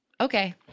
Okay